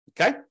Okay